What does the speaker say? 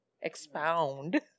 expound